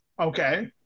Okay